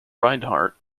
reinhardt